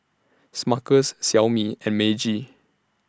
Smuckers Xiaomi and Meiji